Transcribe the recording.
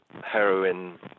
heroin